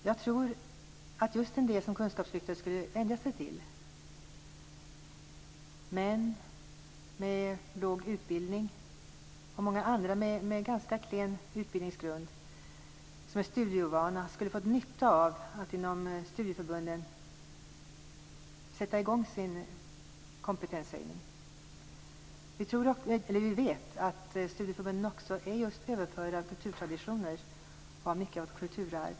Jag tror att just en del av dem som kunskapslyftet skulle vända sig till - människor med låg utbildning och många andra med ganska klen utbildningsgrund och som är studieovana - skulle ha fått nytta av att inom studieförbunden få sätta i gång med sin kompetenshöjning. Vi vet att studieförbunden är just överförare av kulturtraditioner och mycket av kulturarv.